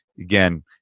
Again